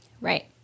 Right